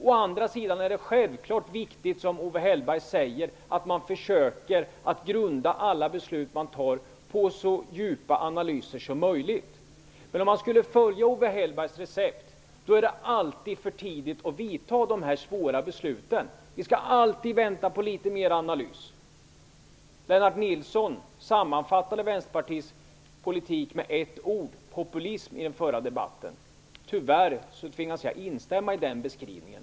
Å andra sidan är det självfallet viktigt att man - som Owe Hellberg säger - försöker att grunda alla beslut på så djupa analyser som möjligt. Men om man skulle följa Owe Hellbergs recept är det alltid för tidigt att fatta de svåra besluten. Vi måste i så fall alltid vänta på mera analys. Lennart Nilsson sammanfattade i den förra debatten Vänsterpartiets politik med ett ord: populism. Tyvärr tvingas jag instämma i den beskrivningen.